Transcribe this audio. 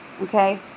okay